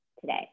today